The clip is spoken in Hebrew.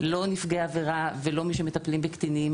לא נפגעי העבירה ולא מי שמטפלים בקטינים.